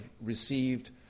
received